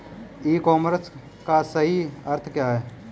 ई commerce का सही अर्थ क्या है?